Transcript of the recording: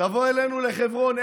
תבוא אלינו לחברון,